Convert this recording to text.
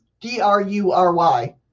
D-R-U-R-Y